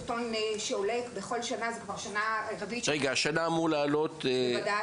בכל שנה עולה סרטון בנושא.